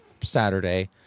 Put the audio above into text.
Saturday